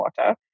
water